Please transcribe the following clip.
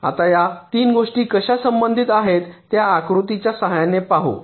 आता या 3 गोष्टी कशा संबंधित आहेत त्या आकृतीच्या सहाय्याने पाहूया